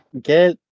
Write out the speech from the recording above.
Get